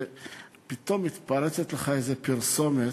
ופתאום מתפרצת לך איזו פרסומת,